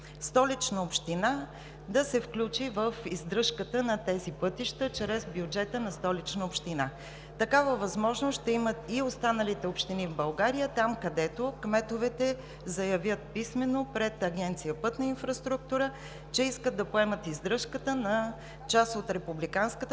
Столична община да се включи в издръжката на тези пътища чрез бюджета на Общината. Такава възможност ще имат и останалите общини в България там, където кметовете заявят писмено пред Агенция „Пътна инфраструктура“, че искат да поемат издръжката на част от републиканската